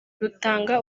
rutanga